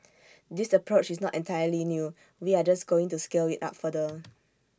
this approach is not entirely new we are just going to scale IT up further